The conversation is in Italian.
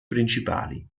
principali